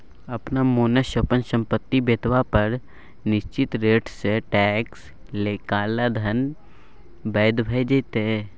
अपना मोनसँ अपन संपत्ति बतेबा पर निश्चित रेटसँ टैक्स लए काला धन बैद्य भ जेतै